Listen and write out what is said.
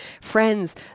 Friends